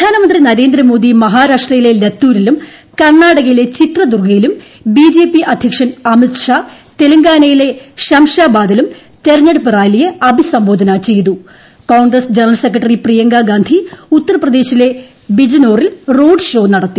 പ്രധാനമന്ത്രി നരേന്ദ്രമോദി മഹാരാഷ്ട്രയിലെ ലത്തൂരിലും കർണ്ണാടകയിലെ ചിത്രദുർഗ്ഗയിലും ബി ജെ പി അധ്യക്ഷൻ അമിത്ഷാ തെലങ്കാനയിലെ ഷംഷാബാദിലും തെരഞ്ഞെടുപ്പ് റാലിയെ അഭിസംബോധന ജനറൽസെക്രട്ടറി പ്രിയങ്ക ഗാന്ധി ഉത്തർപ്രദേശിലെ ബിജനോറിൽ റോഡ് ഷോ നടത്തി